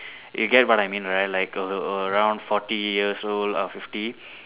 you get what I mean right like a a around forty years old or fifty